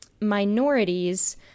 minorities